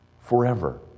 Forever